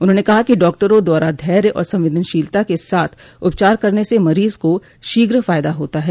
उन्होंने कहा कि डॉक्टरों द्वारा धैर्य और संवेदनशीलता के साथ उपचार करने से मरीज का शीघ्र फायदा होता है